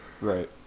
Right